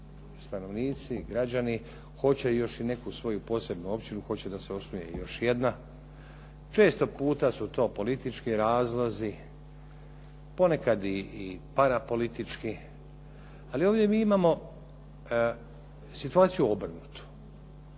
stanovnici, građani hoće još i neku svoju posebnu općinu, hoće da se osnuje još jedna. Često puta su to politički razlozi, ponekad i parapolitički, ali ovdje mi imamo situaciju obrnutu.